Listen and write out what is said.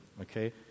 Okay